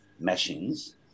mashings